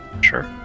Sure